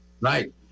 right